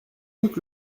luc